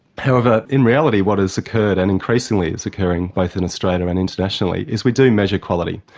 however, in reality what has occurred and increasingly is occurring both in australia and internationally, is we do measure quality.